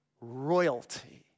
royalty